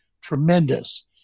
tremendous